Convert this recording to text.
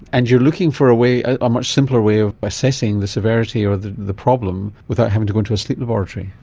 and you're looking for a ah much simpler way of assessing the severity or the the problem without having to go into a sleep laboratory.